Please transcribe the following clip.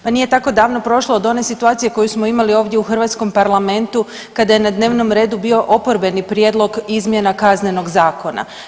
Pa nije tako davno prošlo od one situacije koju smo imali ovdje u hrvatskom Parlamentu kada je na dnevnom redu bio oporbeni prijedlog izmjena Kaznenog zakona.